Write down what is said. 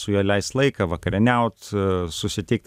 su juo leist laiką vakarieniaut susitikt